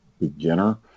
Beginner